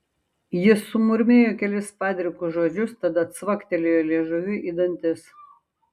jis sumurmėjo kelis padrikus žodžius tada cvaktelėjo liežuviu į dantis